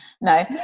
no